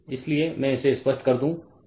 इसलिए मैं इसे स्पष्ट कर दूं